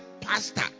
pastor